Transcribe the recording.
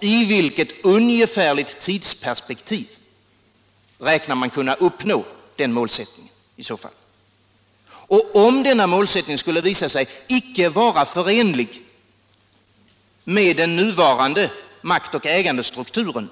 I vilket ungefärligt tidsperspektiv räknar man i så fall med att kunna uppnå den målsättningen? Om den målsättningen skulle visa sig icke vara förenlig med den nuvarande makt och ägandestrukturen